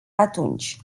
atunci